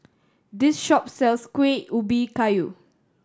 this shop sells Kuih Ubi Kayu